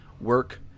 work